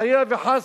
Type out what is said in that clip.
חלילה וחס,